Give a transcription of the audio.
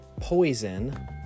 poison